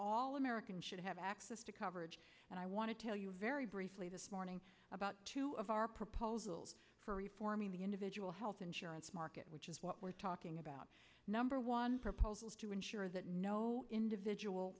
all americans should have access to coverage and i want to tell you very briefly this morning about two of our proposals for you forming the individual health insurance market which is what we're talking about number one proposals to ensure that no individual